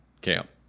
camp